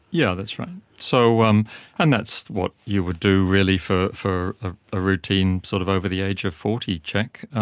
yeah that's right, so um and that's what you would do really for a ah ah routine sort of over the age of forty check.